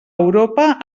europa